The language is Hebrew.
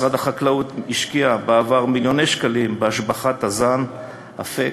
משרד החקלאות השקיע בעבר מיליוני שקלים בהשבחת הזן "אפק",